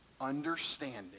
understanding